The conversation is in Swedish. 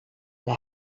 det